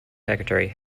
secretary